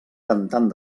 cantant